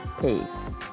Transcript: Peace